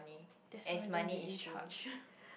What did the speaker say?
that's why don't be in charge